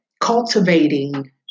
Cultivating